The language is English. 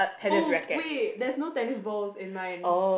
oh wait there's no tennis balls in mine